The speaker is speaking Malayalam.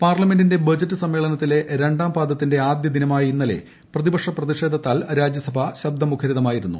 പാർലമെന്റിന്റെ ബജറ്റ് സമ്മേളനത്തിലെ രണ്ടാം പാദത്തിന്റെ ആദ്യദിനമായ ഇന്നലെ പ്രതിപക്ഷ പ്രതിഷേധത്താൽ രാജ്യസഭ ശബ്ദമുഖരിതമായിരുന്നു